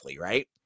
right